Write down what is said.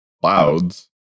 clouds